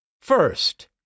First